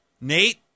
Nate